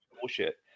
bullshit